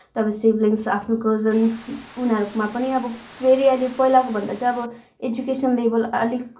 तपाईँ सिवलिङ्स आफ्नो कजन उनीहरूकोमा पनि अब फेरि अहिले पहिलाको भन्दा चाहिँ अब एजुकेसन लेभल अलिक